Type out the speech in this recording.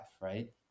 right